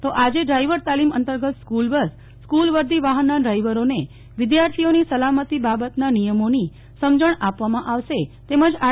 તો ડ્રાઈવર તાલીમ અંતર્ગત સ્કુલબસ સ્કુલ વર્ધી વાહનના ડ્રાઈવરોને વિદ્યાર્થીઓની સલામતી બાબતના નિયમોની સમજણ આપવામાં આવશે તેમજ આર